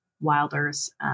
Wilder's